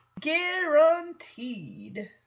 Guaranteed